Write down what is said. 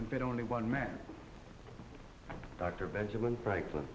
conveyed only one man dr benjamin franklin